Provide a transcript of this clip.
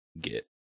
get